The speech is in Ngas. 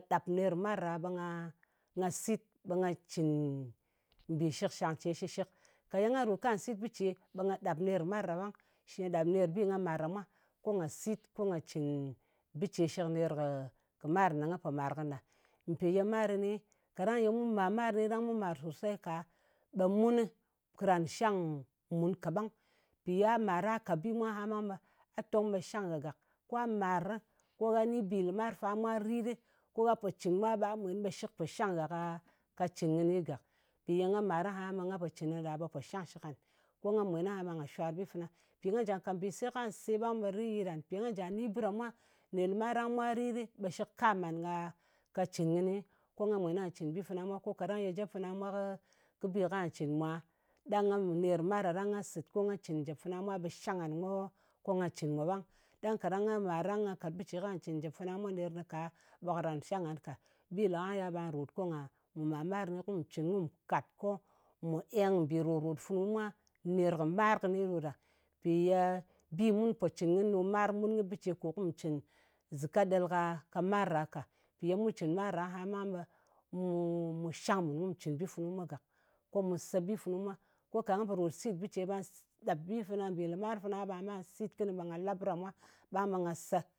Ɗap nerì mar a, ɓe nga sit ɓe nga cɨn mbì shɨkshang ce shɨshɨk. Ka ye nga rot ka sit bɨ ce ɓe nag ɗap nerɨ mar ɗa ɓang. Nga ɗap neri bi nga mar ɗa mwa ko nga sit ko nga cɨn bɨ ce shɨk ner kɨ mar ne nga po mar kɨnɨ ɗa. Mpì ye mar kɨnɨ, kaɗang mu màr ɗang mu mar sosei ka, ɓe muni karan shang mun kaɓang. Mpì ya mar kwa kat bi mwa, ɓe a tong ɓe shang ghà gak. Kwa mari, kwa ni mbì limar fa mwa rit ɗi, ko gha po cɨn ma, ɓa mwen ɓe shɨk pò shang gha ka cɨn kɨnɨ gàk. Mpì ye nga mar aha, ɓe nga po cɨn kɨnɨ ɗa ɓe shɨk po shang ngha ka cɨn kɨni gàk. Mpì ye nga mar aha, ɓe nga pò cɨn kɨnɨ ɗa, ɓe po shangshɨk ngan, ko nga mwen aha ɓà shwar bi fana. Mpì nga jà ka mbìse kwà se ɓang ɓe rit yitɗàn, mpì nga ja ni bɨ ɗa mwa ner lɨmar ɗang mwa rit ɗɨ, ɓe shɨk kam ngan ka cɨn kɨnɨ, ko nga mwen ko nga cɨn bi fana mwa. Ko kaɗang ye jep fana mwa kɨ bi kwà cɨn mwa, ɗang ngan ka ner kɨ mar ɗa ɗang nga sɨt ko nga cɨn jèp fana mwa, ɓe shang ngan ko nga cɨn mwa ɓang. Ɗang kaɗang nga màr ɗang nga ka bɨ ce ka cɨn njèp fana mwa nèrnɨ ka, ɓe karan shang ngan ka. Bi le ka yal ɓa ròt ko nga màr-marni, kù cɨn kù kat, kù eng mbì ròt-ròt funu mwa ner kɨ mar kɨni ɗo ɗa. Mpì ye bi mu pò cɨn kɨni ɗo mwar. Mun kɨ bɨ ce kò kù cɨn zɨka ɗel ka mar a ka. Mpì ye mu cɨn mar a aha ɓang ɓe mu mu shang mun kù cɨn bi funu mwa gàk. Ko mu se bi funu mwa. Ko ka nga po ròt sit bɨ ce ɓa ɗap bi fana mbì lɨmar fana ɓà ma sit kɨni, ɓe nga la bɨ ɗa mwa, ɓang ɓe nga se,